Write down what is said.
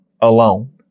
alone